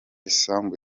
isambu